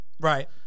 Right